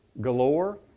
galore